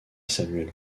samuel